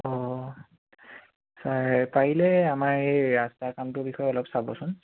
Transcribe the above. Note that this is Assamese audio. অঁ ছাৰ পাৰিলে আমাৰ এই ৰাস্তা কামটোৰ বিষয়ে অলপ চাবচোন